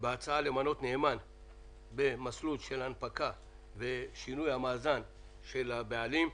בהצעה למנות נאמן במסלול של הנפקה ושינוי המאזן של הבעלים.